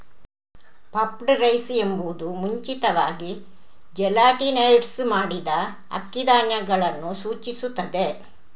puffed rice ಎಂಬುದು ಮುಂಚಿತವಾಗಿ gelatinised ಮಾಡಿದ ಅಕ್ಕಿ ಧಾನ್ಯಗಳನ್ನು ಸೂಚಿಸುತ್ತದೆ